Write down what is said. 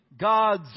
God's